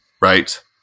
right